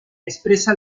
expresa